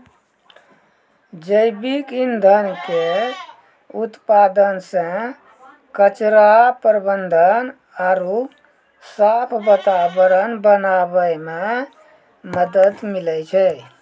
जैविक ईंधन के उत्पादन से कचरा प्रबंधन आरु साफ वातावरण बनाबै मे मदत मिलै छै